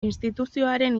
instituzioaren